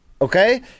Okay